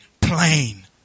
plain